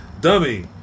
Dummy